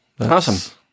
Awesome